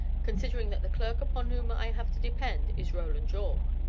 considering that the clerk upon whom i have to depend is roland yorke,